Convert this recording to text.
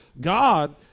God